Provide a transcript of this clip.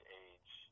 age